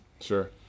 sure